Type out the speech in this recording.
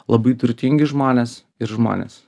labai turtingi žmonės ir žmonės